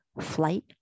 flight